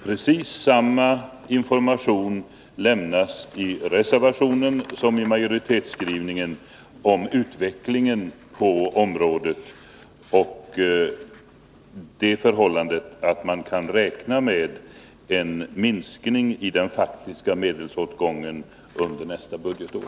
Precis samma information lämnas i reservationen som i majoritetsskrivningen om utvecklingen på området och det förhållandet att man kan räkna med en minskning i den faktiska medelsåtgången under nästa budgetår.